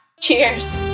Cheers